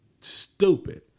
stupid